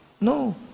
no